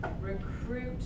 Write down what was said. recruit